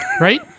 right